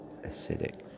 acidic